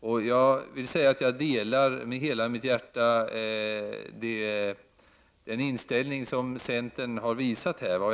Av hela mitt hjärta delar jag den inställning som centern här har gett uttryck för.